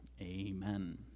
amen